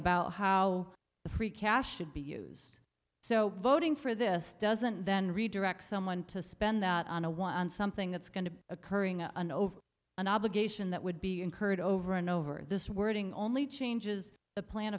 about how the free cash should be used so voting for this doesn't then redirect someone to spend that on a one on something that's going to be occurring an over an obligation that would be incurred over and over this wording only changes the plan